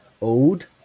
old